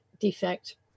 defect